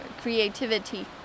creativity